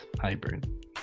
hybrid